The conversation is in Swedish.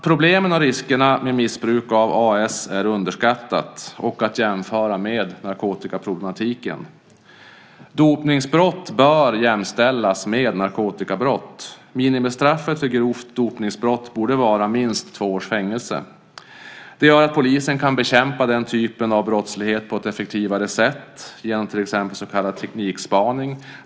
Problemen och riskerna med missbruk av AAS är underskattade och är att jämföra med narkotikaproblematiken. Dopningsbrott bör jämställas med narkotikabrott. Minimistraffet för grovt dopningsbrott borde vara minst två års fängelse. Det gör att polisen kan bekämpa den typen av brottslighet på ett effektivare sätt genom till exempel så kallad teknikspaning.